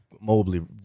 Mobley